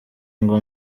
ngo